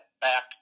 back